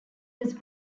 was